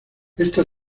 esta